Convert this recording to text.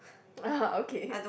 ah okay